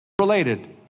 related